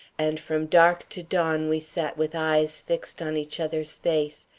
and from dark to dawn we sat with eyes fixed on each other's face,